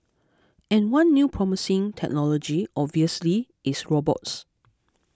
and one new promising technology obviously is robots